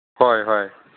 ꯍꯣꯏ ꯍꯣꯏ